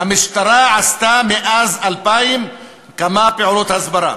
המשטרה עשתה מאז 2000 כמה פעולות הסברה,